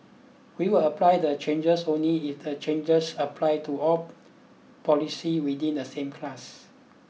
we will apply the changes only if the changes apply to all policies within the same class